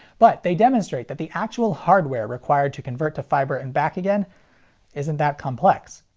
but they demonstrate that the actual hardware required to convert to fiber and back again isn't that complex.